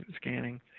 scanning